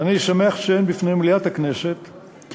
אני שמח לציין בפני מליאת הכנסת כי